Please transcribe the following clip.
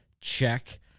check